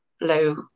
low